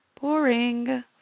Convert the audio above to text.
Boring